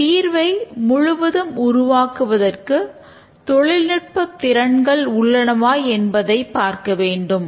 இந்தத் தீர்வை முழுவதும் உருவாக்குவதற்கு தொழில்நுட்ப திறன்கள் உள்ளனவா என்பதை பார்க்க வேண்டும்